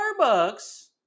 Starbucks